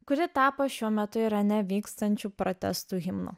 kuri tapo šiuo metu irane vykstančių protestų himnu